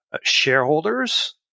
shareholders